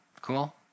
Cool